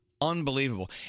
unbelievable